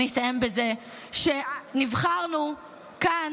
אסיים בזה שנבחרנו כאן,